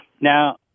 Now